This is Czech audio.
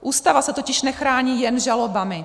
Ústava se totiž nechrání jen žalobami.